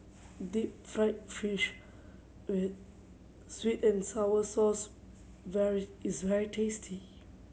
deep fried fish with sweet and sour sauce very is very tasty